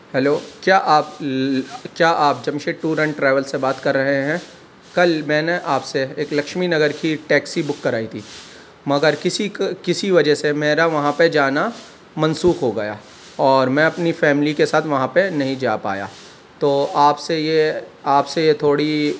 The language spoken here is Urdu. ہیلو کیا آپ کیا آپ جمشید ٹور اینڈ ٹریولز سے بات کر رے ہیں کل میں نے آپ سے ایک لکشمی نگر کی ٹیکسی بُک کرائی تھی مگر کسی کسی وجہ سے میرا وہاں پہ جانا منسوخ ہو گیا اور میں اپنی فیملی کے ساتھ وہاں پہ نہیں جا پایا تو آپ سے یہ آپ سے یہ تھوڑی